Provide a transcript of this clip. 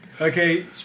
Okay